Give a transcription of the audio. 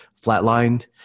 flatlined